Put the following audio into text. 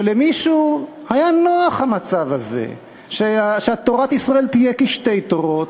שלמישהו היה נוח המצב הזה שתורת ישראל תהיה כשתי תורות,